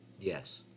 Yes